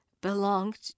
belonged